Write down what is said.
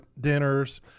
dinners